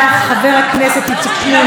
חבר הכנסת איציק שמולי,